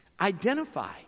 identify